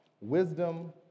Wisdom